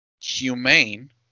humane